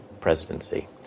presidency